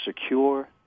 secure